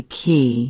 key